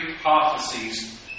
prophecies